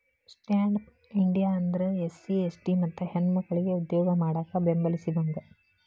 stand up India ಅಂದ್ರ SC ST ಮತ್ತ ಹೆಣ್ಮಕ್ಕಳಿಗೆ ಉದ್ಯೋಗ ಮಾಡಾಕ ಬೆಂಬಲಿಸಿದಂಗ